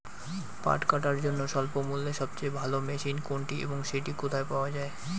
পাট কাটার জন্য স্বল্পমূল্যে সবচেয়ে ভালো মেশিন কোনটি এবং সেটি কোথায় পাওয়া য়ায়?